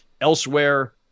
elsewhere